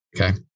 okay